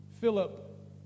Philip